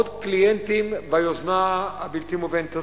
עוד קליינטים ביוזמה הבלתי-מובנת הזאת.